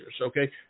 okay